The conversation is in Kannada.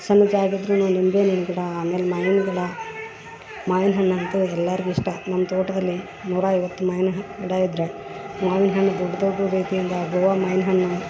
ಸಣ್ಣ ಜಾಗ ಇದ್ದರೂನು ನಿಂಬೆ ಹಣ್ಣಿನ ಗಿಡ ಆಮೇಲೆ ಮಾಯ್ನ್ ಗಿಡ ಮಾವಿನ ಹಣ್ಣಂತು ಎಲ್ಲಾರಿಗು ಇಷ್ಟ ನಮ್ಮ ತೋಟದಲ್ಲಿ ನೂರ ಐವತ್ತು ಮಾವಿನ ಹ ಗಿಡ ಇದ್ದರೆ ಮಾವಿನ ಹಣ್ಣು ದೊಡ್ಡ ದೊಡ್ಡ ರೀತಿಯಿಂದ ಆಗುವ ಮಾವಿನ ಹಣ್ಣು